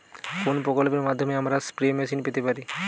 কোন প্রকল্পের মাধ্যমে আমরা স্প্রে মেশিন পেতে পারি?